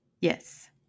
Yes